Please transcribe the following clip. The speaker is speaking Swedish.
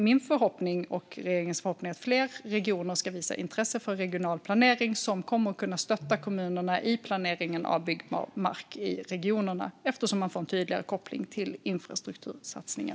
Min och regeringens förhoppning är att fler regioner ska visa intresse för regional planering, som kommer att kunna stötta kommunerna i planeringen av byggbar mark i regionerna eftersom man också får en tydligare koppling till infrastruktursatsningar.